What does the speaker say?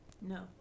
no